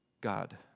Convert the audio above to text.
God